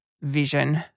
vision